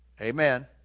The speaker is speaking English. amen